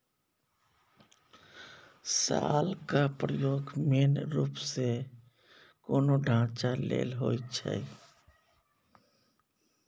शालक प्रयोग मेन रुप सँ कोनो ढांचा लेल होइ छै